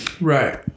Right